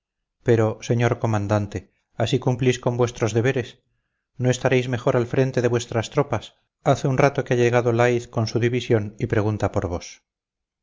pero señor comandante así cumplís con vuestros deberes no estaréis mejor al frente de vuestras tropas hace un rato que ha llegado leith con su división y pregunta por vos